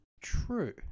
True